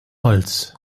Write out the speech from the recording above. holz